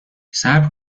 صبر